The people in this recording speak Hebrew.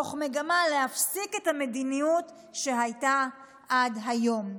תוך מגמה להפסיק את המדיניות שהייתה עד היום'".